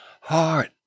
heart